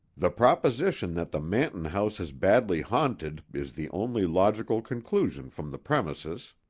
the proposition that the manton house is badly haunted is the only logical conclusion from the premises.